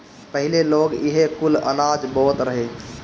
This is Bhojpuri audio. पहिले लोग इहे कुल अनाज बोअत रहे